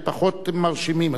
הם פחות מרשימים.